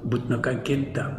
būt nukankintam